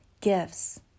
gifts